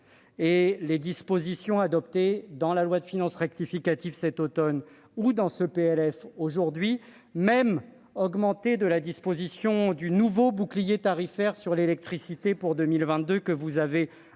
Et les dispositions adoptées dans la loi de finances rectificative cet automne ou dans ce projet de loi de finances aujourd'hui, même augmentées de la disposition du nouveau bouclier tarifaire sur l'électricité pour 2022, que vous avez